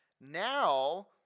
Now